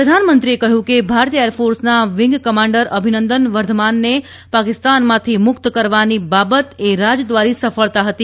પ્રધાનમંત્રીએ કહ્યું કે ભારતીય એરફોર્સના વિંગ કમાન્ડર અભિનંદન વર્ધમાનને પાકિસ્તાનમાંથી મુક્ત કરવાની બાબત એ રાજદ્વારી સફળતા હતી